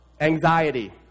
Anxiety